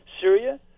Syria